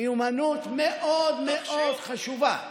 מיומנות מאוד מאוד חשובה.